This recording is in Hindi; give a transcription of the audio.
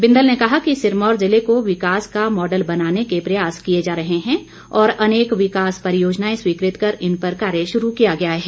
बिंदल ने कहा कि सिरमौर जिले को विकास का मॉडल बनाने के प्रयास किए जा रहे है और अनेक विकास परियोजनाएं स्वीकृत कर इन पर कार्य शुरू किया गया है